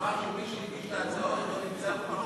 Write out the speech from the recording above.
הוא אמר שמי שהגיש את ההצעות לא נמצא פה,